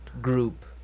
group